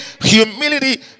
humility